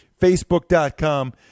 Facebook.com